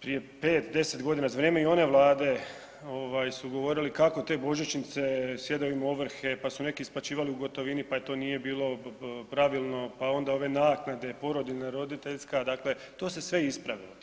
prije 5, 10 g. za vrijeme i one Vlade su govorili kako te božićnice, sjedaju im ovrhe, pa su neki isplaćivali u gotovini, pa im to nije bilo pravilno, pa onda ove naknade, porodiljne, roditeljska, dakle to se sve ispravilo.